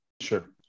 Sure